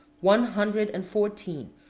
one hundred and fourteen,